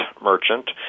merchant